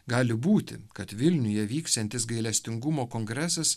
gali būti kad vilniuje vyksiantis gailestingumo kongresas